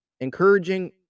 Encouraging